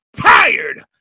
tired